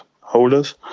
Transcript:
holders